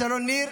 מסגד אל-אקצא.